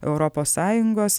europos sąjungos